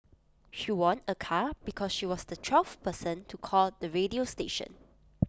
she won A car because she was the twelfth person to call the radio station